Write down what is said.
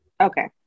Okay